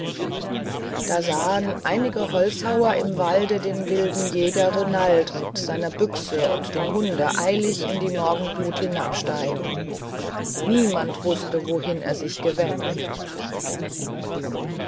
da sahen einige holzhauer im walde den wilden jäger renald mit seiner büchse und dem hunde eilig in die morgenglut hinabsteigen niemand wußte wohin er sich gewendet